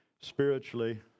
Spiritually